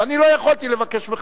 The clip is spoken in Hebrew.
ואני לא יכולתי לבקש בחזרה.